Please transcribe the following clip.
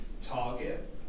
target